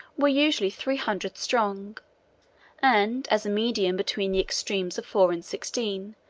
were usually three hundred strong and, as a medium between the extremes of four and sixteen,